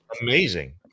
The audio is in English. Amazing